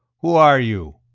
who are you?